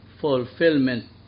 fulfillment